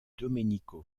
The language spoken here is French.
domenico